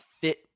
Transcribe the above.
fit